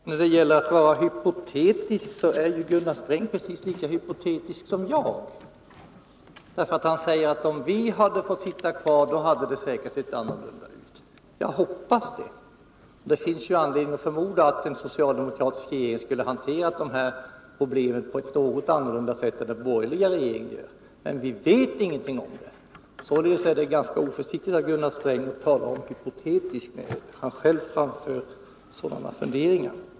Herr talman! När det gäller att vara hypotetisk är Gunnar Sträng inte sämre än jag. Han säger att det säkert hade sett annorlunda ut, om socialdemokraterna hade fått sitta kvar i regeringen. Jag hoppas det. Det finns anledning förmoda att en socialdemokratisk regering skulle ha hanterat dessa problem på ett något annat sätt än den borgerliga regeringen. Men vi vet ingenting om det. Således är det ganska oförsiktigt av Gunnar Sträng att tala om att jag är hypotetisk, när han själv framför sådana funderingar.